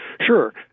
Sure